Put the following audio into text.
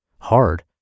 hard